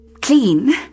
clean